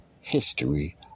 history